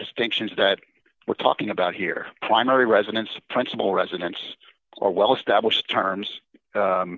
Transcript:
distinctions that we're talking about here primary residence principal residence or well established terms and